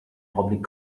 public